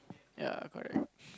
ya correct